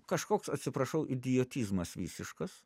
kažkoks atsiprašau idiotizmas visiškas